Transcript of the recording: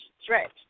stretch